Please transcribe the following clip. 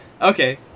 Okay